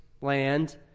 land